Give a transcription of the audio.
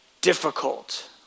difficult